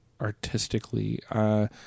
artistically